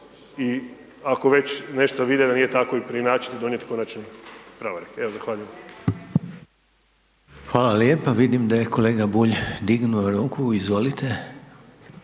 i ako već nešto vide da nije tako i preinačiti i donijeti konačni pravorijek. Evo zahvaljujem. **Reiner, Željko (HDZ)** Hvala lijepa. Vidim da je kolega Bulj dignuo ruku. Izvolite.